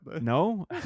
No